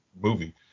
movie